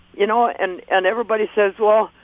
you know? and and everybody says, well,